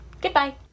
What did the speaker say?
Goodbye